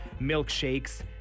milkshakes